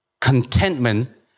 contentment